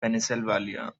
pennsylvania